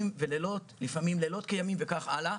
ולילות ולפעמים לילות כימים וכך הלאה.